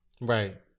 Right